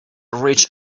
reached